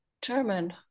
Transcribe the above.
German